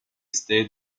stayed